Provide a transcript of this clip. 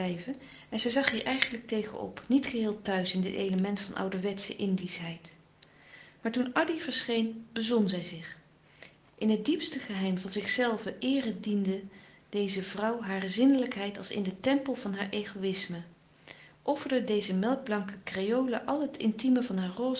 en zij zag hier eigenlijk tegen op niet geheel thuis in dit element van ouderwetsche indieschheid maar toen addy verscheen bezon zij zich in het diepste geheim van zichzelve eerediende deze vrouw hare zinnelijkheid als in den tempel van haar egoïsme offerde deze melkblanke kreole al het intieme van